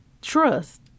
Trust